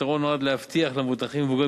הפתרון נועד להבטיח למבוטחים מבוגרים